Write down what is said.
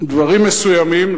דברים מסוימים,